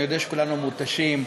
אני יודע שכולנו מותשים,